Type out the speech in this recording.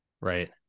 Right